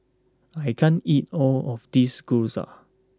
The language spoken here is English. I can't eat all of this Gyoza